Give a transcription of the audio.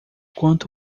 quanto